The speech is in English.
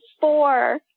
four